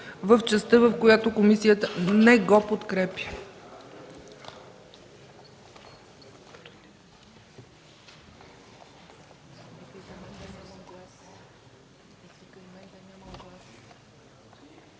в частта, в която комисията не го подкрепя.